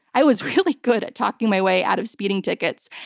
i was really good at talking my way out of speeding tickets.